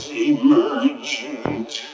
emergent